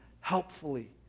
helpfully